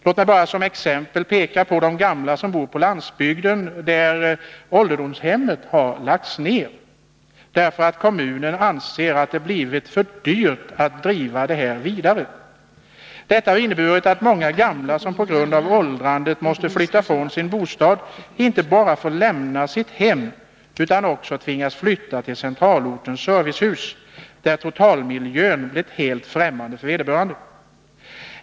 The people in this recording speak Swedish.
Låt mig bara som ett exempel peka på de gamla som bor på landsbygden, där ålderdomshemmet lagts ner därför att kommunen anser att det blivit för dyrt att driva det vidare. Detta har inneburit att många gamla, som på grund av åldrandet måste flytta från sin bostad, inte bara får lämna sitt hem, utan också tvingas flytta till centralortens servicehus, där totalmiljön blivit helt främmande för vederbörande.